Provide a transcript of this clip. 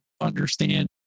understand